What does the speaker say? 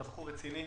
אתה בחור רציני,